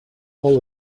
all